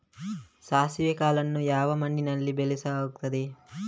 ಸಾಸಿವೆ ಕಾಳನ್ನು ಯಾವ ಮಣ್ಣಿನಲ್ಲಿ ಬೆಳೆಸಲಾಗುತ್ತದೆ?